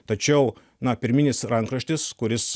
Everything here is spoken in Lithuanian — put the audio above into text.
tačiau na pirminis rankraštis kuris